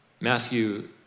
Matthew